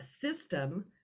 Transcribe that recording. system